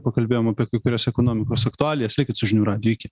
pakalbėjom apie kai kurias ekonomikos aktualijas likit su žinių radiju iki